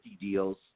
deals